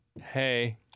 Hey